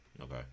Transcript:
Okay